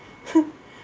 !huh!